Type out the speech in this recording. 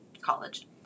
college